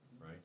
right